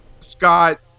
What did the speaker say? Scott